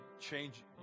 change